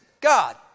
God